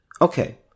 Okay